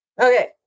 Okay